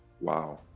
Wow